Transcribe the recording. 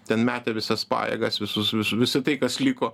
ten metė visas pajėgas visus visa tai kas liko